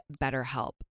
BetterHelp